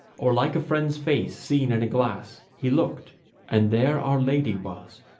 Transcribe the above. or like a friend's face seen in a glass he looked and there our lady was,